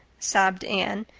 sobbed anne.